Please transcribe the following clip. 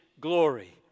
glory